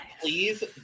Please